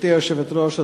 גברתי היושבת-ראש,